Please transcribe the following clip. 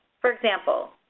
for example,